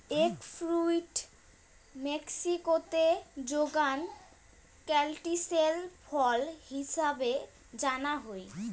egg fruit মেক্সিকোতে যুগান ক্যান্টিসেল ফল হিছাবে জানা হই